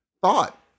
thought